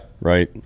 Right